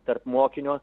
tarp mokinio